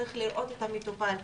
צריך לראות את המטופל,